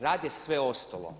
Rad je sve ostalo.